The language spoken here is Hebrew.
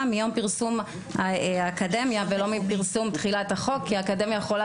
מיום פרסום האקדמיה ולא מפרסום תחילת החוק כי האקדמיה יכולה